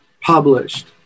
published